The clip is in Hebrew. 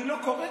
אני לא קורא,